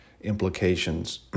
implications